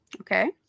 Okay